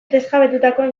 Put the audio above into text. desjabetutakoen